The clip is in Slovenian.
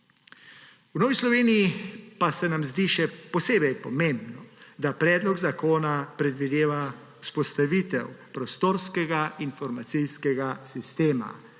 V Novi Sloveniji pa se nam zdi še posebej pomembno, da predlog zakona predvideva vzpostavitev prostorskega informacijskega sistema